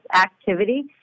activity